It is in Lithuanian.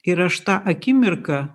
ir aš tą akimirką